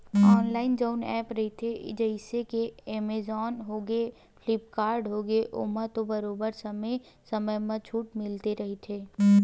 online जउन app रहिथे जइसे के एमेजॉन होगे, फ्लिपकार्ट होगे ओमा तो बरोबर समे समे म छूट मिलते रहिथे